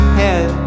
head